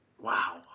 Wow